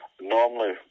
normally